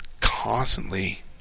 constantly